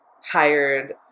hired